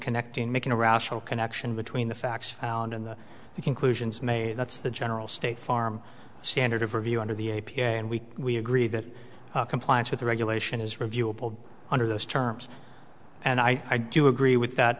connecting making a rational connection between the facts found and the conclusions made that's the general state farm standard of review under the a p a and we we agree that compliance with the regulation is reviewable under those terms and i do agree with that